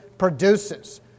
produces